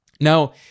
Now